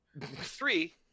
three